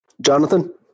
Jonathan